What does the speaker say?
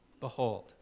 behold